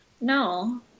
No